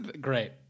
great